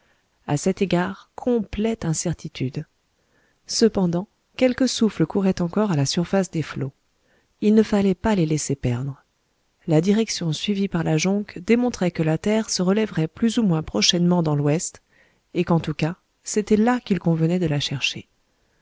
a cet égard complète incertitude cependant quelques souffles couraient encore à la surface des flots il ne fallait pas les laisser perdre la direction suivie par la jonque démontrait que la terre se relèverait plus ou moins prochainement dans l'ouest et qu'en tout cas c'était là qu'il convenait de la chercher